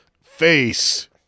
face